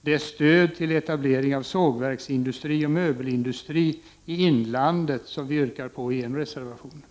det stöd till etablering av sågverksindustri och möbelindustri i inlandet som vi yrkat på i en reservation.